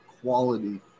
quality